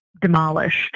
demolished